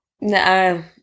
No